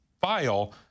file